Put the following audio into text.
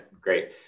great